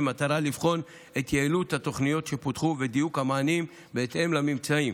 במטרה לבחון את יעילות התוכניות שפותחו ודיוק המענים בהתאם לממצאים.